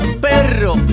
perro